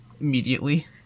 immediately